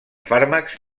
fàrmacs